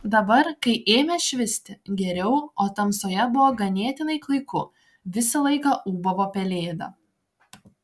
dabar kai ėmė švisti geriau o tamsoje buvo ganėtinai klaiku visą laiką ūbavo pelėda